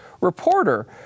reporter